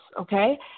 okay